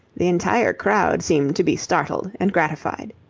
the entire crowd seemed to be startled and gratified.